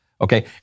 okay